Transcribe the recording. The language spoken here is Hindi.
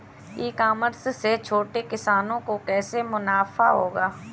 ई कॉमर्स से छोटे किसानों को कैसे मुनाफा होगा?